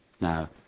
Now